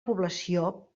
població